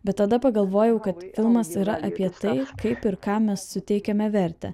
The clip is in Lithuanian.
bet tada pagalvojau kad filmas yra apie tai kaip ir kam mes suteikiame vertę